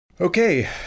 Okay